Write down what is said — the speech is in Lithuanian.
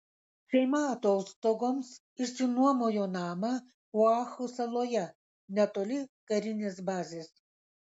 šeima atostogoms išsinuomojo namą oahu saloje netoli karinės bazės